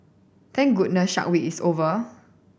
thank goodness Shark Week is over